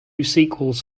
sequels